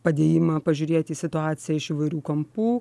padėjimą pažiūrėt į situaciją iš įvairių kampų